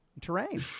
terrain